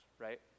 right